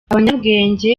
abanyabwenge